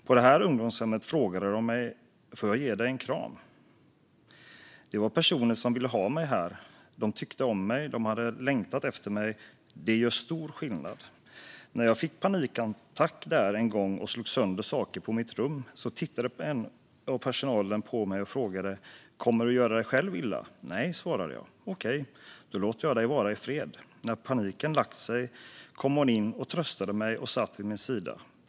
På det här ungdomshemmet frågade de mig 'får jag ge dig en kram?'. Det var personer som ville ha mig där, som tyckte om mig och hade längtat efter mig. Det gör stor skillnad. När jag fick en panikattack där en gång och slog sönder saker på mitt rum så tittade en personal på mig och frågade 'kommer du göra dig illa? ', 'Nej' svarade jag. 'OK, då låter jag dig vara i fred'. När paniken lagt sig kom hon in, tröstade mig och satt vid min sida.